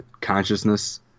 consciousness –